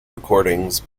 recordings